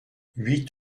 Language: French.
huit